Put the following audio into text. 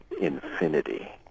infinity